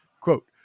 Quote